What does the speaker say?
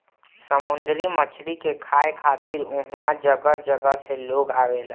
समुंदरी मछरी के खाए खातिर उहाँ जगह जगह से लोग आवेला